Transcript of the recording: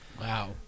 Wow